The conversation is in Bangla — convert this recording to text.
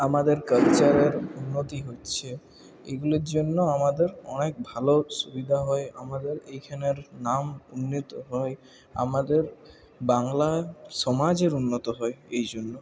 আমাদের কালচারের উন্নতি হচ্ছে এগুলির জন্য আমাদের অনেক ভালো সুবিধা হয় আমাদের এখানের নাম উন্নত হয় আমাদের বাংলা সমাজের উন্নত হয় এই জন্য